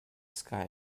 sky